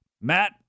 Matt